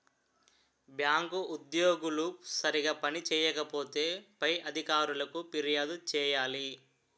bank ఉద్యోగులు సరిగా పని చేయకపోతే పై అధికారులకు ఫిర్యాదు చేయాలి